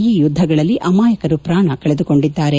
ಈ ಯುದ್ದಗಳಲ್ಲಿ ಅಮಾಯಕರು ಪ್ರಾಣ ಕಳೆದುಕೊಂಡಿದ್ದಾರೆ